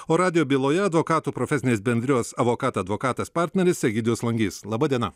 o radijo byloje advokatų profesinės bendrijos avokat advokatas partneris egidijus langys laba diena